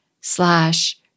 slash